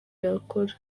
yakora